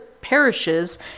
parishes